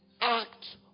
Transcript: act